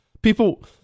People